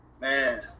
Man